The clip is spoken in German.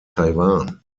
taiwan